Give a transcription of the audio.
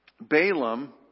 Balaam